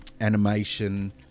animation